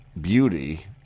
beauty